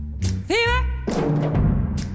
Fever